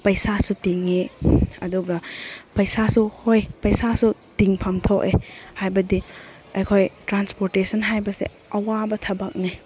ꯄꯩꯁꯥꯁꯨ ꯇꯤꯡꯉꯤ ꯑꯗꯨꯒ ꯄꯩꯁꯥꯁꯨ ꯍꯣꯏ ꯄꯩꯁꯥꯁꯨ ꯇꯤꯡꯐꯝ ꯊꯣꯛꯑꯦ ꯍꯥꯏꯕꯗꯤ ꯑꯩꯈꯣꯏ ꯇ꯭ꯔꯥꯟꯁꯄꯣꯔꯇꯦꯁꯟ ꯍꯥꯏꯕꯁꯦ ꯑꯋꯥꯕ ꯊꯕꯛꯅꯤ